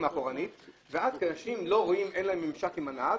מאחורה ואז אנשים אין להם ממשק עם הנהג.